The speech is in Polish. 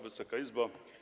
Wysoka Izbo!